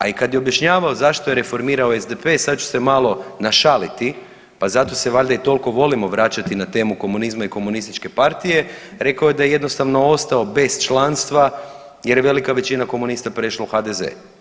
A i kad je objašnjavao zašto je reformirao SDP, sad ću se malo našaliti, pa zato se valjda i toliko volimo vraćati na temu komunizma i komunističke partije, rekao je da je jednostavno ostao bez članstva jer je velika većina komunista prešla u HDZ.